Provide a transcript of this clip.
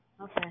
Okay